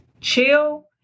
chill